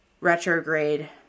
retrograde